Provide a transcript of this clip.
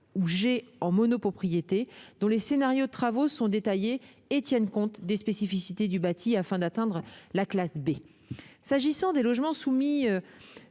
ou G en monopropriété, dont les scénarios de travaux sont détaillés et tiennent compte des spécificités du bâti afin d'atteindre la classe B. S'agissant des logements soumis